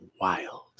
wild